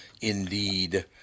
Indeed